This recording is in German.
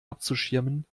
abzuschirmen